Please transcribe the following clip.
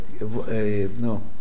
No